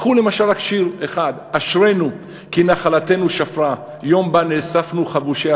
קחו למשל רק שיר אחד: "אשרינו כי נחלתנו שפרה / יום בה נאספנו חבושי